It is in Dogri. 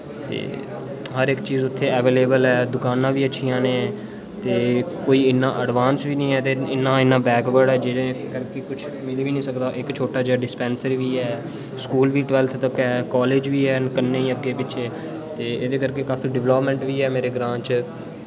ते हर इक ची उत्थे अवेलेबल ऐ ते दुकानां बी अच्छियां ने कोई इन्ना एडवांस बी निं ऐ न इन्ना बैकवर्ड जेह्दे करके कुश मिली निं सकदा इक छोटा जेहा डिस्पेंसरी बी ऐ स्कूल बी ट्वेल्थ तक ऐ कालेज बी हैन कन्नै अग्गे पिच्छे ते एह्दे करके काफी डेवलपमेंट बी हे मेरे ग्रां च